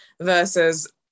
versus